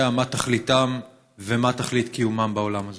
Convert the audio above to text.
מה תכליתם ומה תכלית קיומם בעולם הזה.